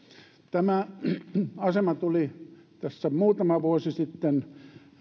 tämä asema tuli tässä muutama vuosi sitten